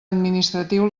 administratiu